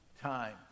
time